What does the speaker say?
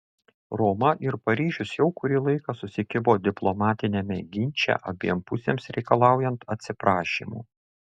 roma ir paryžius jau kurį laiką susikibo diplomatiniame ginče abiem pusėms reikalaujant atsiprašymų